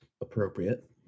appropriate